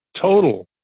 total